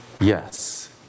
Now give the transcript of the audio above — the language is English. Yes